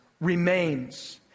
remains